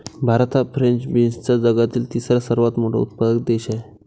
भारत हा फ्रेंच बीन्सचा जगातील तिसरा सर्वात मोठा उत्पादक देश आहे